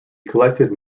collected